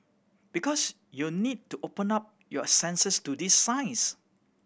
because you'd need to open up your senses to these signs